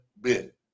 bit